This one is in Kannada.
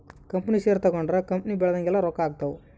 ಕಂಪನಿ ಷೇರು ತಗೊಂಡ್ರ ಕಂಪನಿ ಬೆಳ್ದಂಗೆಲ್ಲ ರೊಕ್ಕ ಆಗ್ತವ್